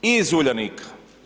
I iz Uljanika.